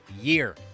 year